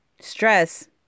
stress